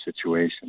situation